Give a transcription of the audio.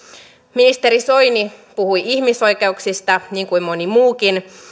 ministeri soini puhui ihmisoikeuksista niin kuin moni muukin mutta